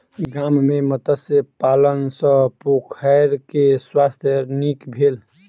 गाम में मत्स्य पालन सॅ पोखैर के स्वास्थ्य नीक भेल